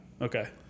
Okay